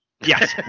Yes